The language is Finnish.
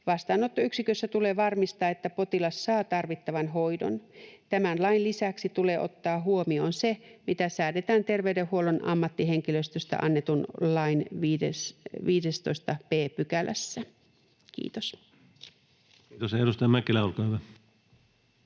Vastaanottoyksikössä tulee varmistaa, että potilas saa tarvittavan hoidon. Tämän lain lisäksi tulee ottaa huomioon se, mitä säädetään terveydenhuollon ammattihenkilöstöstä annetun lain 15 b §:ssä.” — Kiitos. [Speech 131] Speaker: